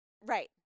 Right